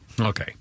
Okay